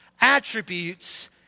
attributes